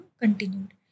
continued